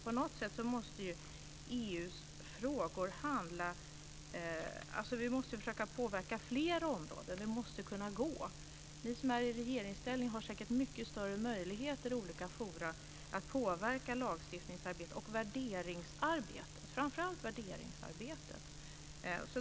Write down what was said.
På något sätt måste vi alltså försöka påverka fler områden. Det måste gå. Ni som är i regeringsställning har säkert mycket större möjligheter att i olika fora påverka lagstiftningsarbetet och framför allt värderingsarbetet.